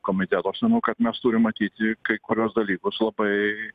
komiteto aš manau kad mes turim matyti kai kuriuos dalykus labai